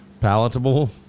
palatable